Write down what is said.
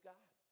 God